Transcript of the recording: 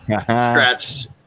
scratched